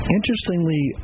Interestingly